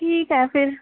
ठीक ऐ फिर